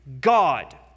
God